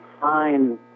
fine